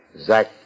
Zach